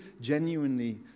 genuinely